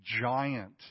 giant